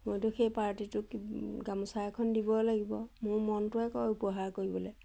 মইতো সেই পাৰ্টিটোক গামোচা এখন দিব লাগিব মোৰ মনটোৱে কয় উপহাৰ কৰিবলৈ